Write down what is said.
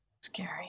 Scary